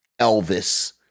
Elvis